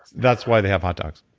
that's why they have hotdogs.